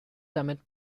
damit